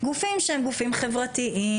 גופים שהם גופים חברתיים,